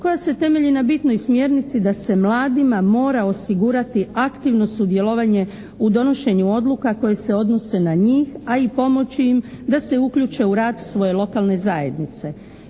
koja se temelji na bitnoj smjernici da se mladima mora osigurati aktivno sudjelovanje u donošenju odluka koje se odnose na njih, a i pomoći im da se uključe u rad svoje lokalne zajednice.